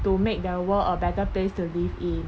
to make the world a better place to live in